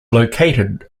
located